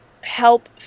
help